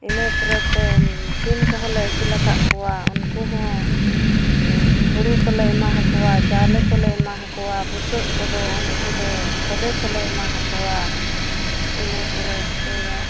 ᱤᱱᱟᱹ ᱯᱚᱨᱮᱛᱮ ᱥᱤᱢ ᱠᱚᱦᱚᱸᱞᱮ ᱟᱹᱥᱩᱞ ᱟᱠᱟᱫ ᱠᱚᱣᱟ ᱩᱱᱠᱩ ᱦᱚᱸ ᱦᱩᱲᱩ ᱠᱚᱞᱮ ᱮᱢᱟ ᱠᱚᱣᱟ ᱪᱟᱣᱞᱮ ᱠᱚᱞᱮ ᱮᱢᱟ ᱠᱚᱣᱟ ᱵᱩᱥᱟᱹᱜ ᱠᱚᱫᱚ ᱩᱱᱠᱩ ᱫᱚ ᱠᱷᱚᱫᱮ ᱠᱚᱞᱮ ᱮᱢᱟ ᱠᱚᱣᱟ ᱤᱱᱟᱹ ᱯᱚᱨᱮ ᱛᱮᱫᱚ